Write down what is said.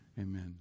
Amen